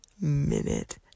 minute